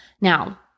Now